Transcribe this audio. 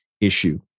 issue